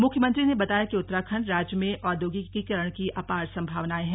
मुख्यमंत्री ने बताया कि उत्तराखण्ड राज्य में औद्योगिकीकरण की अपार सम्भावनाएं हैं